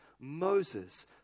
Moses